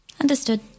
Understood